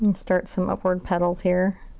and start some upward petals here.